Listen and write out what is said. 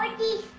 like be